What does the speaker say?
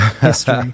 history